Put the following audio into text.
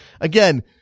again